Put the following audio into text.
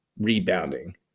rebounding